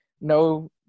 No